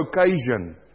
occasion